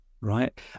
right